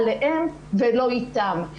עליהם ולא איתם.